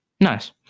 Nice